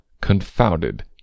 confounded